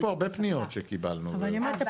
אבל יש פה הרבה פניות שקיבלנו אותן --- הפניות